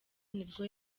nibwo